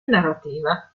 narrativa